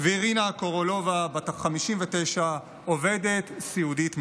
אירינה קורולובה, בת 59, עובדת סיעודית מאוקראינה.